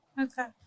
Okay